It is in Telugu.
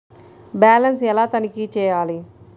బ్యాలెన్స్ ఎలా తనిఖీ చేయాలి?